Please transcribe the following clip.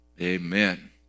Amen